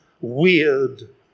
weird